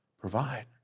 provide